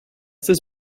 this